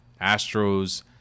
Astros